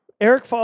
Eric